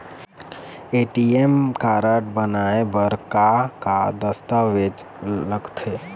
ATM card बनवाए बर का का दस्तावेज लगथे?